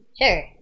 Sure